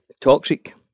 Toxic